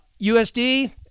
USD